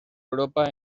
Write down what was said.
europa